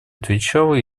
отвечала